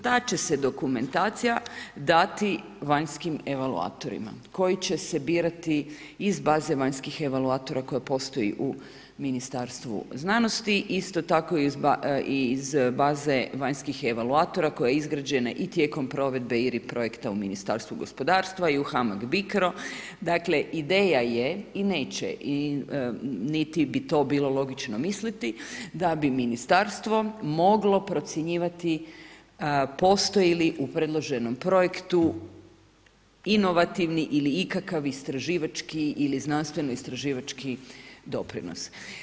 Ta će se dokumentacija dati vanjskim evakuatorima, koji će se birati iz baze vanjskih evakuatora koji postoje u Ministarstvu znanosti isto tako i iz baze vanjskih evakuatora, koja je izgrađena i tijekom provedba ili projekta u Ministarstvu gospodarstva i u HAMAG BICRO, dakle ideja je i neće, i niti bi to bilo logično misliti da bi ministarstvo moglo procjenjivati, postoji li u predloženom projektu inovativni ili ikakav istraživački, ili znanstveno istraživački doprinos.